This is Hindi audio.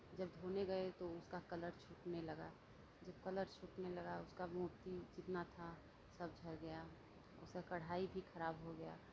जब धोने गये तो उसका कलर छूटने लगा जब कलर छूटने लगा उसका मोती जितना था सब झड़ गया उसका कढ़ाई भी खराब हो गया